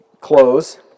close